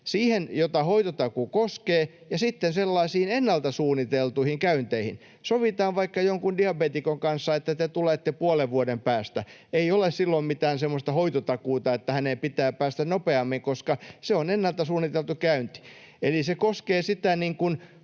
siihen, jota hoitotakuu koskee, ja sitten sellaisiin ennalta suunniteltuihin käynteihin, että sovitaan vaikka jonkun diabeetikon kanssa, että te tulette puolen vuoden päästä — ei ole silloin mitään semmoista hoitotakuuta, että hänen pitää päästä nopeammin, koska se on ennalta suunniteltu käynti. Eli se koskee sitä